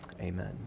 amen